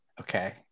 okay